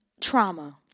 trauma